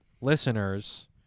listeners